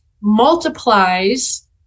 multiplies